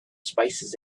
spices